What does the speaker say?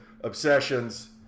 Obsessions